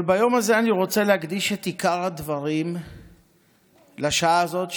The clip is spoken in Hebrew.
אבל ביום הזה אני רוצה להקדיש את עיקר הדברים לשעה הזאת,